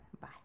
Bye